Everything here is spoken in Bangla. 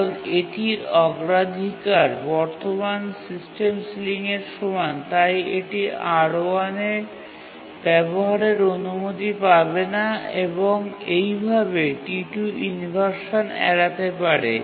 কারণ এটির অগ্রাধিকার বর্তমান সিস্টেম সিলিংয়ের সমান তাই এটি R1 এ ব্যাবহারের অনুমতি পাবে না এবং এইভাবে T2 ইনভারসান এড়াতে পারে